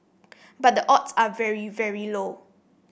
but the odds are very very low